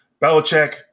Belichick